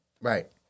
Right